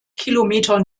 kilometer